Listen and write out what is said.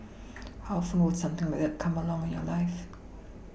how often will something like come along in your life